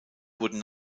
wurden